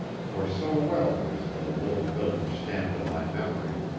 for so well was the little village stamped on my memory,